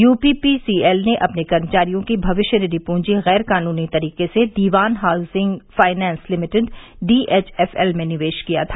you P P C L ने अपने कर्मचारियों की भविष्य निधि पूंजी गैर कानूनी तरीके से Dewan housing finance limited D H F L में निवेश किया था